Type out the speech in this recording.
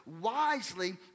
wisely